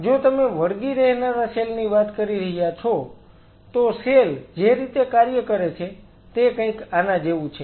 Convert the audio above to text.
જો તમે વળગી રહેનારા સેલ ની વાત કરી રહ્યા છો તો સેલ જે રીતે કાર્ય કરે છે તે કંઈક આના જેવું છે